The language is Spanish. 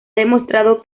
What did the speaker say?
demostrado